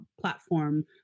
platform